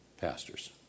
pastors